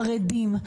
וחרדים,